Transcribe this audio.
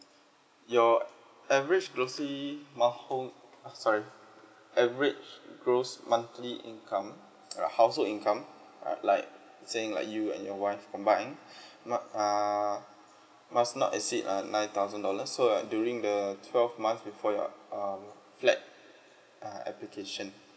your average grossly month hold uh sorry average gross monthly income uh household income uh saying like you and your wife combined not err must not exceed uh nine thousand dollar so uh during the twelve month before your um flat uh application